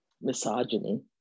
misogyny